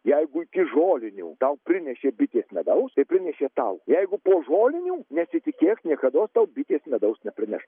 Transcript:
jeigu iki žolinių tau prinešė bitės medaus tai prinešė tau jeigu po žolinių nesitikėk niekados tau bitės medaus neprineš